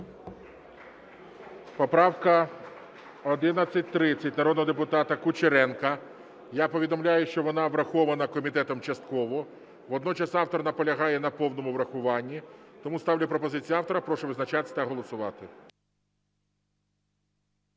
Поправка 1130 народного депутата Кучеренка. Я повідомляю, що вона врахована комітетом частково. Водночас автор наполягає на повному врахуванні. Тому ставлю пропозицію автора. Прошу визначатися та голосувати.